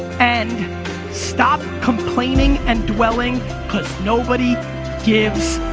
and stop complaining and dwelling cause nobody gives